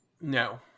No